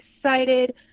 excited